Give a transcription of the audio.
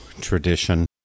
tradition